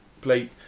plate